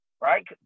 right